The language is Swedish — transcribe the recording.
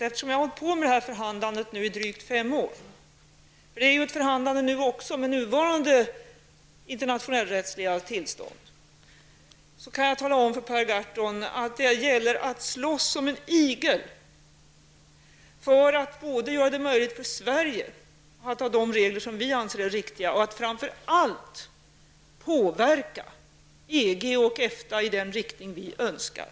Eftersom jag har hållit på med detta förhandlande i drygt fem år -- för det är ett förhandlande nu också, med nuvarande internationella rättsliga tillstånd -- kan jag tala om för Per Gahrton att det gäller att slåss som en igel både för att göra det möjligt för Sverige att ha de regler som vi anser är riktiga och framför allt för att påverka EG och EFTA i den riktning vi önskar.